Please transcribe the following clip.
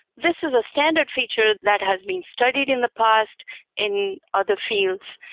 this is a standard feature that has been studied in the past in other fields.